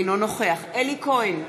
אינו נוכח אלי כהן,